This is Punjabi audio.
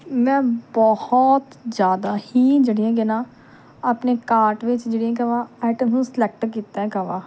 ਮੈਂ ਬਹੁਤ ਜ਼ਿਆਦਾ ਹੀ ਜਿਹੜੀਆਂ ਕਿ ਨਾ ਆਪਣੇ ਕਾਟ ਵਿੱਚ ਜਿਹੜੀਆਂ ਕਿ ਮੈਂ ਐਟਮ ਨੂੰ ਸਲੈਕਟ ਕੀਤਾ ਹੈਗਾ ਵਾ